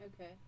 Okay